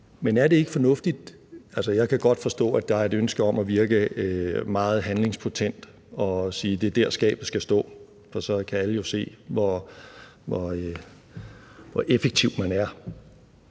vil jeg sige: Altså, jeg kan godt forstå, at der er et ønske om at virke meget handlingspotent og sige, at det er dér, skabet skal stå, for så kan alle jo se, hvor effektiv man er.